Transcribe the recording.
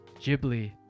Ghibli